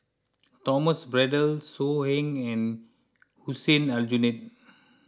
Thomas Braddell So Heng and Hussein Aljunied